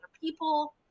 people